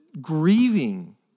grieving